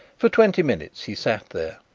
for twenty minutes he sat there,